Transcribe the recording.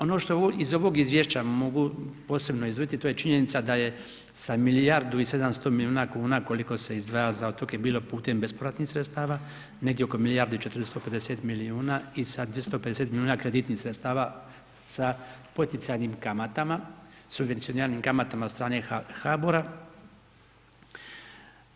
Ono što iz ovog izvješća mogu posebno izdvojiti, to je činjenica da je sa milijardu i 700 milijuna kuna koliko se izdvaja za otoke bilo putem bespovratnih sredstava, negdje oko milijardu i 450 milijuna i sa 250 milijuna kreditnih sredstava sa poticajnim kamatama, subvencioniranim kamatama od strane HABOR-a.